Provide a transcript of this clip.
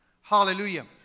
Hallelujah